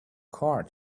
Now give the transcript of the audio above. car